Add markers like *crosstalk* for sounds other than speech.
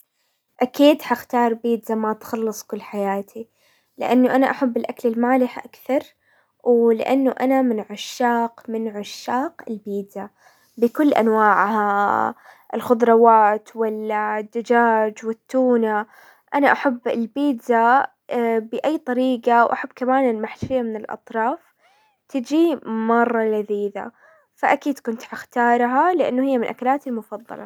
اكيد حختار بيتزا ما تخلص كل حياتي، لانه انا احب الاكل المالح اكثر، ولانه انا من عشاق- من عشاق البيتزا بكل انواعها الخضروات الدجاج والتونة. انا بحب البيتزا *hesitation* باي طريقة، واحب كمان المحشية من الاطراف، تجي مرة لذيذة، فاكيد كنت حختارها لانه هي من اكلاتي المفضلة.